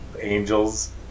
Angels